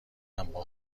ام، با